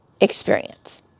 experience